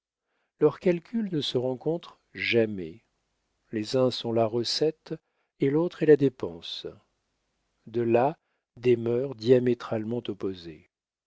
leurs calculs ne se rencontrent jamais les uns sont la recette et l'autre est la dépense de là des mœurs diamétralement opposées